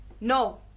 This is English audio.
No